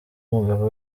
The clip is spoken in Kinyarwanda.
umugabo